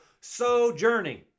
sojourning